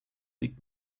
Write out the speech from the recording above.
liegt